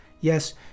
Yes